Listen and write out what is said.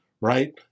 right